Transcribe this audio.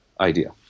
idea